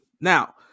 Now